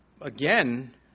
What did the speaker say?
again